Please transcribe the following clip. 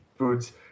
foods